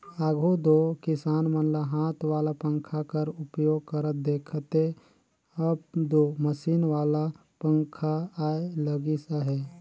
आघु दो किसान मन ल हाथ वाला पंखा कर उपयोग करत देखथे, अब दो मसीन वाला पखा आए लगिस अहे